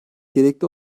gerekli